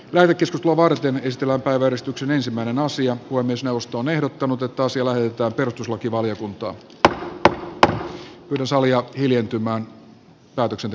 välitysjuttua varten ystävänpäiväristuksen ensimmäinen asia kuin puhemiesneuvosto on ehdottanut että asia lähetetään perustuslakivaliokuntaan